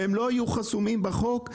לא יהיו חסומים בחוק.